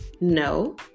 No